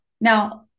Now